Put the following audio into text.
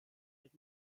mit